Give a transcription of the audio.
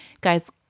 Guys